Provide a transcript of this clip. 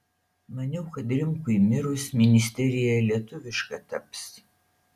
maniau kad rimkui mirus ministerija lietuviška taps